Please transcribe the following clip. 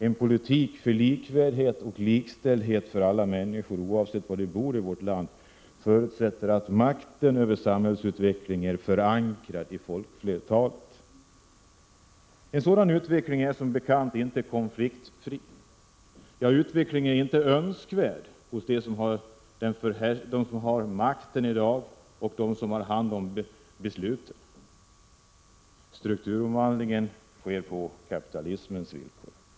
En politik för likvärdighet och likställdhet för alla människor, oavsett var de bor i vårt land, förutsätter att makten över samhällsutvecklingen är förankrad hos folkflertalet. En sådan utveckling är som bekant inte konfliktfri. Denna utveckling är inte önskvärd bland dem som i dag har makten och dem som har hand om besluten. Strukturomvandlingen sker på kapitalismens villkor.